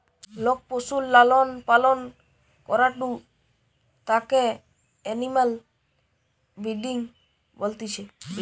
লোক পশুর লালন পালন করাঢু তাকে এনিম্যাল ব্রিডিং বলতিছে